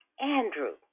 Andrew